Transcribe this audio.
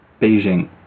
Beijing